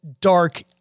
dark